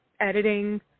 editing